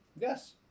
Yes